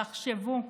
תחשבו.